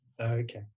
Okay